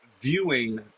viewing